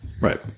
Right